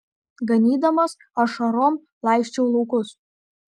ganydamas ašarom laisčiau laukus